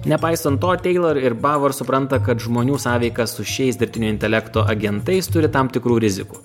nepaisant to teilor ir bavor supranta kad žmonių sąveika su šiais dirbtinio intelekto agentais turi tam tikrų rizikų